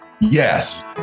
Yes